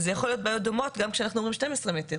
יכולות להיות בעיות דומות גם כשאנחנו אומרים 12 מטרים,